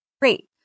great